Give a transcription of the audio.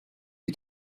you